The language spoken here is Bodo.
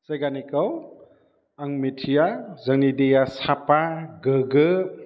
जायगानिखौ आं मिथिया जोंनि दैया साफा गोगो